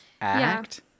act